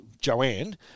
Joanne